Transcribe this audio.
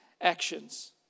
actions